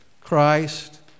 Christ